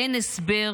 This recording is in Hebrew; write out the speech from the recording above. אין הסבר